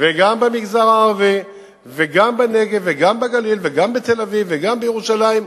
וגם במגזר הערבי וגם בנגב וגם בגליל וגם בתל-אביב וגם בירושלים,